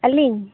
ᱟᱹᱞᱤᱧ